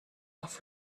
off